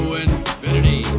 infinity